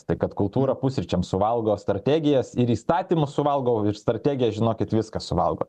tai kad kultūra pusryčiam suvalgo strategijas ir įstatymus suvalgo ir strategija žinokit viską suvalgo